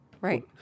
Right